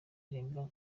irenga